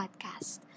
podcast